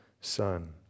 Son